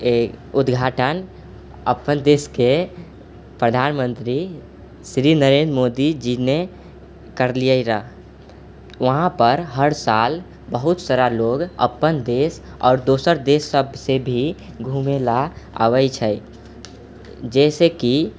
उद्घाटन अपन देशके प्रधानमन्त्री श्री नरेन्द्र मोदी जी ने करलियै रऽ वहाँपर हर साल बहुत सारा लोग अपन देश आओर दोसर देश सबसँ भी घूमै लए आबै छै जैसेकि